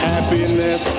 Happiness